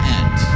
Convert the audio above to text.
end